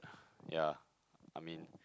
yeah I mean